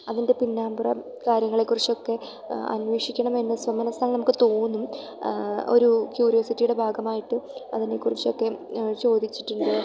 അതിൻ്റെ പിന്നാമ്പുറ കാര്യങ്ങളേക്കുറിച്ചൊക്കെ അന്വേഷിക്കണമെന്ന് സ്വമനസ്സാൽ നമുക്ക് തോന്നും ഒരു ക്യൂരിയോസിറ്റിയുടെ ഭാഗമായിട്ട് അതിനെക്കുറിച്ചൊക്കെ ചോദിച്ചിട്ടുണ്ട്